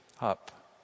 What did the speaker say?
up